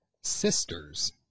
sisters